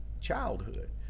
childhood